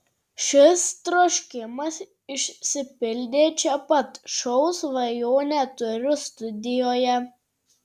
šis troškimas išsipildė čia pat šou svajonę turiu studijoje